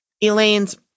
Elaine's